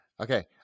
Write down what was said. Okay